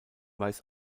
weiß